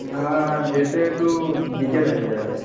না যেতে একটু বিকেল হয়ে যাবে